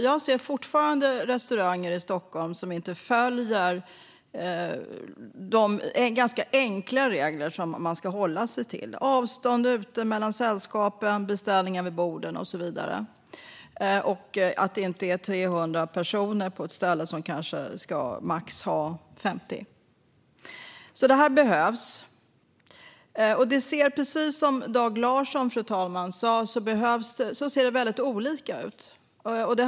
Jag ser fortfarande restauranger i Stockholm som inte följer de ganska enkla regler som man ska hålla sig till. Det handlar om att det ska vara avstånd mellan sällskapen, att beställningar ska göras vid borden, att det inte ska vara 300 personer på ett ställe där det ska vara max 50 personer och så vidare. Detta behövs alltså. Fru talman! Precis som Dag Larsson sa ser det väldigt olika ut.